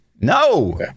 No